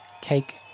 Cake